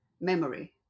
memory